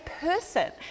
person